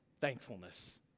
thankfulness